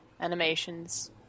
animations